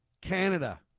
Canada